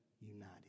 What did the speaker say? united